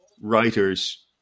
writers